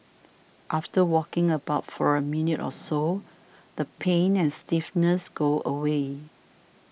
after walking about for a minute or so the pain and stiffness go away